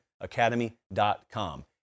academy.com